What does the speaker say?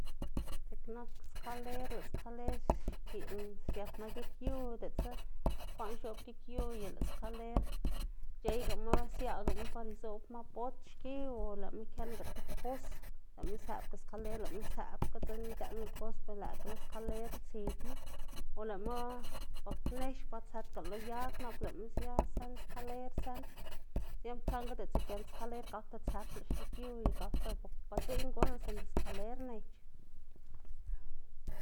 Dziꞌk nak skaler lëꞌ skaler xkiꞌn xiepma gik yu, diꞌltsa kwaꞌn x̱oꞌb gik yu y lëꞌ skaler c̲h̲eygama siaꞌgama par izoꞌbma bot xki o lëꞌma këꞌnga tib pos, lëꞌma isëꞌbga skaler lëꞌma sëꞌbga dzeꞌka idëꞌnga pos, ber lëꞌkga lo skaler tsibma o lëꞌma ba nex ba tsëdga lo yag nap lëꞌma sia sën skaler sën, se- saꞌnga diꞌltsa giend skaler agkda tsëplá gik yu xki y gakda ba dziꞌn gunnlá sinda skaler nec̲h̲.